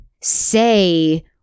say